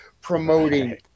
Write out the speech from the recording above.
promoting